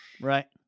Right